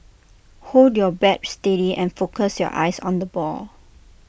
hold your bat steady and focus your eyes on the ball